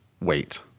wait